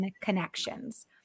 connections